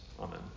Amen